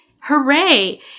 Hooray